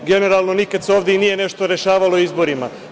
Generalno nikad se ovde nije nešto rešavalo izborima.